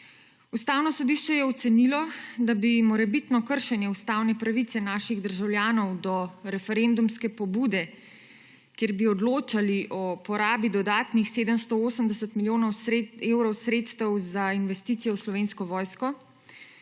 Ustavno sodišče je ocenilo, da bi morebitno kršenje ustavne pravice naših državljanov do referendumske pobude, kjer bi odločali o porabi dodatnih 780 milijonov evrov sredstev za investicije v Slovensko vojsko,